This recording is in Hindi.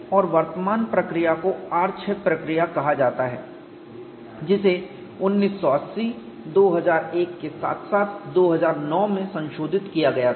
और वर्तमान प्रक्रिया को R6 प्रक्रिया कहा जाता है जिसे 1980 2001 के साथ साथ 2009 में संशोधित किया गया था